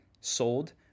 sold